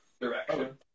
direction